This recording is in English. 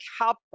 help